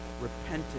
repented